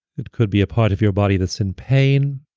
it could be a part of your body that's in pain.